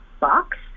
box